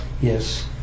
Yes